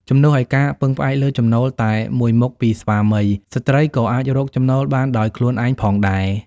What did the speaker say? ជំនួសឱ្យការពឹងផ្អែកលើចំណូលតែមួយមុខពីស្វាមី ស្ត្រីក៏អាចរកចំណូលបានដោយខ្លួនឯងផងដែរ។